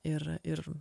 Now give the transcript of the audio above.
ir ir